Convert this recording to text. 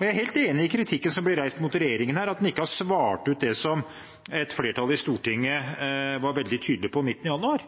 Jeg er helt enig i kritikken som blir reist mot regjeringen her, at en ikke har svart på det som et flertall i Stortinget var veldig tydelig på 19. januar.